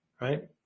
Right